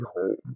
home